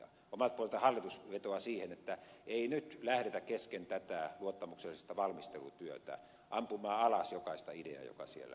omalta puoleltamme hallitus vetoaa siihen että ei nyt lähdetä kesken tätä luottamuksellista valmistelutyötä ampumaan alas jokaista ideaa joka siellä liikkuu